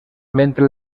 mentre